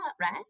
right